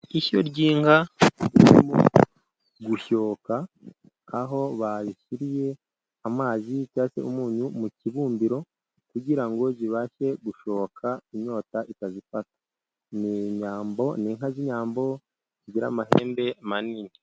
Ishyo ry'inka ririmo gushoka, aho bayishyiriye amazi cyangwa se umunyu mu kibumbiro, kugira ngo zibashe gushoka inyota itazifata. Ni inka z'inyambo zigira amahembe manini.